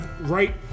right